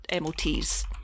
MOTs